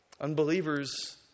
Unbelievers